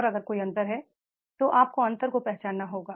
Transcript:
और अगर कोई अंतर है तो आपको अंतर को पहचानना होगा